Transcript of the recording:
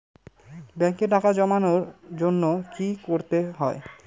ব্যাংকে টাকা জমানোর জন্য কি কি করতে হয়?